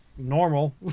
normal